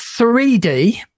3D